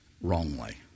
wrongly